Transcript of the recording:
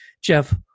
Jeff